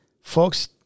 folks